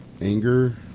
Anger